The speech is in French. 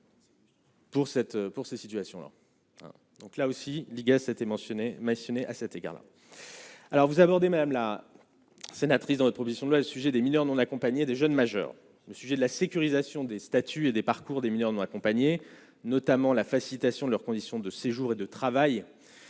pour cette situation-là, donc là aussi, l'IGAS été mentionné mais à cet égard-là. Alors vous abordez madame la sénatrice dans notre proposition de loi, le sujet des mineurs non accompagnés des jeunes majeurs, le sujet de la sécurisation des statuts et des parcours des mineurs non accompagnés, notamment la facilitation de leurs conditions de séjour et de travail